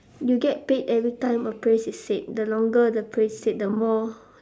you get paid every time a phrase is said the longer the phrase said the more